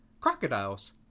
crocodiles